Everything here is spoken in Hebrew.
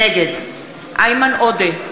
נגד איימן עודה,